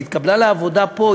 היא התקבלה לעבודה פה,